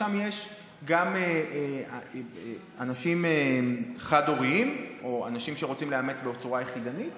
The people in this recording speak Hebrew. שם יש גם אנשים חד-הוריים או אנשים שרוצים לאמץ בצורה יחידנית